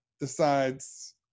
decides